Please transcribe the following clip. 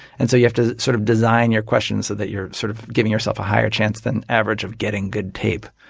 and so you have to sort of design your questions so you're sort of giving yourself a higher chance than average of getting good tape.